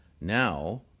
now